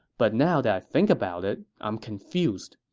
but now that i think about it, i am confused.